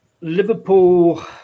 Liverpool